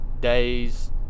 days